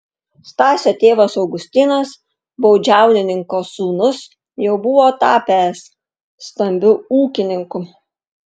stasio tėvas augustinas baudžiauninko sūnus jau buvo tapęs stambiu ūkininku